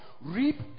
Reap